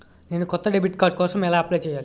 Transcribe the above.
నేను కొత్త debit card కోసం ఎలా అప్లయ్ చేయాలి?